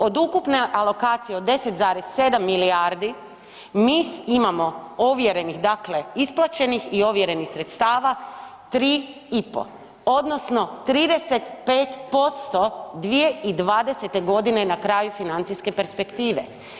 Od ukupne alokacije od 10,7 milijardi mi imamo ovjerenih dakle isplaćenih i ovjerenih sredstava 3,5 odnosno 35% 2020.g. na kraju financijske perspektive.